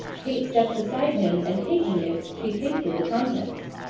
kate stepped beside him and taking it, she tasted the contents.